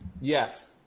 yes